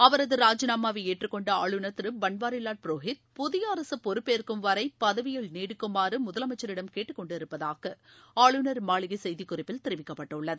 அவரது ராஜினாமாவை ஏற்றுக்கொண்ட ஆளுநர் திரு பன்வாரிலால் புரோஹித் புதிய அரசு பொறுப்பேற்கும் வரை பதவியில் நீடிக்குமாறு முதலமைச்சரிடம் கேட்டுக்கொண்டிருப்பதாக ஆளுநர் மாளிகை செய்திக்குறிப்பில் தெரிவிக்கப்பட்டுள்ளது